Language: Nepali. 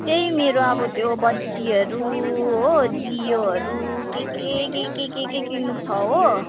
त्यही मेरो अब त्यो बत्तीहरू हो दियोहरू के के के के के किन्नु छ हो